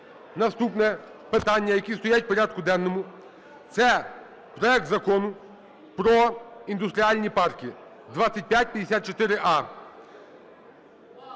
Наступне питання, яке стоїть в порядку денному, - це проект Закону про індустріальні парки (2554а).